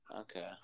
Okay